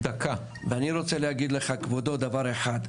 אני רוצה להגיד לך, כבודו, דבר אחד.